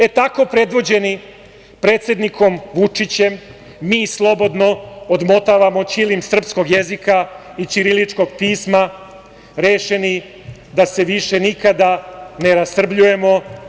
E, tako predvođeni predsednikom Vučićem mi slobodno odmotavamo ćilim srpskog jezika i ćiriličkog pisma rešeni da se više nikada ne rasrbljujemo.